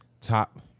top